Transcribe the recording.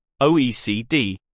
OECD